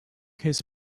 his